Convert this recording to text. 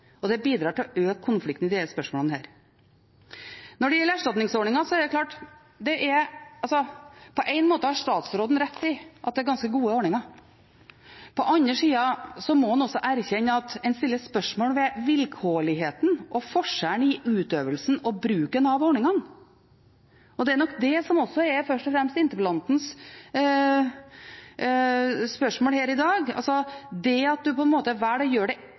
Det bidrar til å øke konflikten i disse spørsmålene. På en måte har statsråden rett i at det er ganske gode erstatningsordninger. På den andre siden må en også erkjenne at en stiller spørsmål ved vilkårligheten og forskjellen i utøvelsen og bruken av ordningene. Det er nok det som først og fremst er interpellantens spørsmål her i dag – det at du velger å gjøre det på én måte på én plass og på en annen måte en annen plass – om det